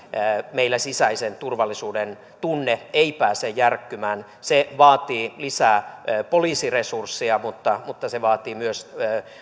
meillä sisäisen turvallisuuden tunne ei pääse järkkymään se vaatii lisää poliisiresursseja mutta mutta myös